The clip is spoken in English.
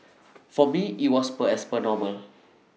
for me IT was per as per normal